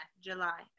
July